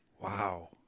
Wow